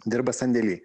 dirba sandėly